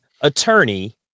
attorney